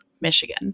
Michigan